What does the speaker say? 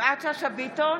יפעת שאשא ביטון,